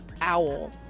owl